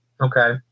Okay